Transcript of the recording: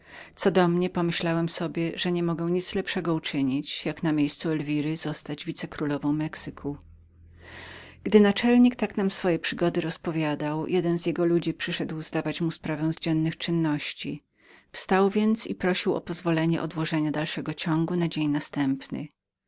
co do mnie myślałem sobie że niemogłem nic lepszego uczynić jak na miejscu elwiry zostać wicekrólową mexyku gdy naczelnik tak nam swoje przygody rozpowiadał jeden z jego ludzi przyszedł zdawać mu sprawę z dziennych czynności wstał więc i prosił o pozwolenie odłożenia dalszego ciągu na dzień następny